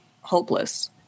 hopeless